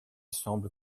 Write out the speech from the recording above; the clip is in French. semble